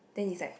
then is like